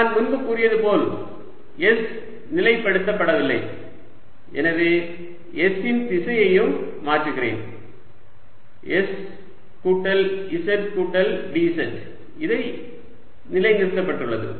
நான் முன்பு கூறியது போல் s நிலைப்படுத்த படவில்லை எனவே s ன் திசையையும் மாற்றுகிறேன் s கூட்டல் z கூட்டல் dz இது நிலைநிறுத்தப்பட்டது